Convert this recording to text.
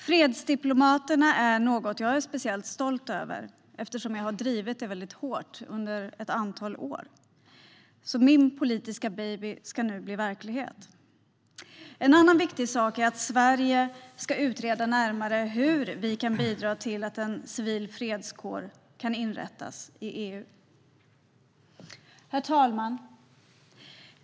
Fredsdiplomaterna är något jag är speciellt stolt över, eftersom jag har drivit den frågan väldigt hårt under ett antal år. Min politiska baby ska nu bli verklighet. En annan viktig sak är att Sverige närmare ska utreda hur vi kan bidra till att en civil fredskår inrättas i EU. Herr talman!